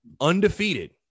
undefeated